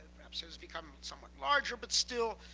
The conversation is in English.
perhaps has become somewhat larger. but still,